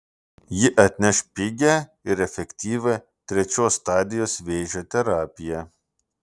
ji atneš pigią ir efektyvią trečios stadijos vėžio terapiją